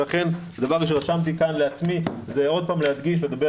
לכן דבר ראשון רשמתי כאן לעצמי עוד פעם להדגיש ולדבר